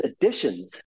additions